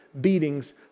beatings